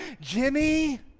Jimmy